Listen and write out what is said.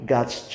God's